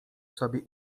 sobie